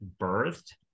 birthed